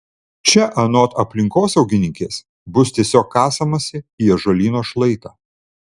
čia anot aplinkosaugininkės bus tiesiog kasamasi į ąžuolyno šlaitą